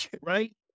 Right